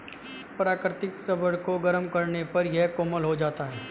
प्राकृतिक रबर को गरम करने पर यह कोमल हो जाता है